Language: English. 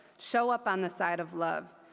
show up on the side of love,